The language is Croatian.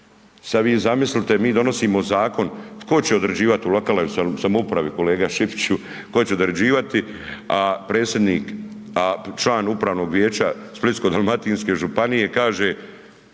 Sad vi zamislite mi donosimo zakon tko će određivat u lokalnoj samoupravi kolega Šipiću, tko će određivati, a predsjednik, a član upravnog vijeća Splitsko-dalmatinske županije kaže,